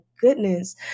goodness